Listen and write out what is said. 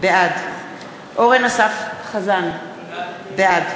בעד אורן אסף חזן, בעד